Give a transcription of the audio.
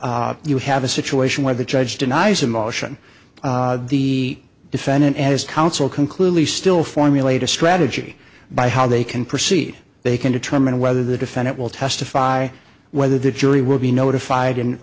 you have a situation where the judge denies a motion the defendant as council can clearly still formulate a strategy by how they can proceed they can determine whether the defendant will testify whether the jury will be notified